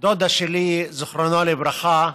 דודה שלי, זיכרונה לברכה,